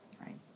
right